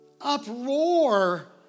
uproar